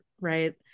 right